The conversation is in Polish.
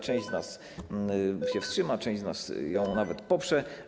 Część z nas się wstrzyma, część z nas ją nawet poprze.